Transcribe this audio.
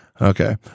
okay